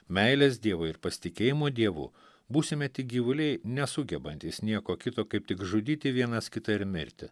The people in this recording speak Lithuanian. meilės dievui ir pasitikėjimo dievu būsime tik gyvuliai nesugebantys nieko kito kaip tik žudyti vienas kitą ir mirti